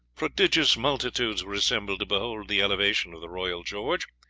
prodigious multitudes were assembled to behold the elevation of the royal george,